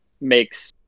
makes